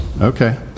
Okay